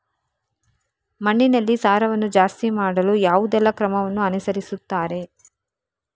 ಮಣ್ಣಿನಲ್ಲಿ ಸಾರವನ್ನು ಜಾಸ್ತಿ ಮಾಡಲು ಯಾವುದೆಲ್ಲ ಕ್ರಮವನ್ನು ಅನುಸರಿಸುತ್ತಾರೆ